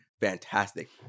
fantastic